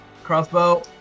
Crossbow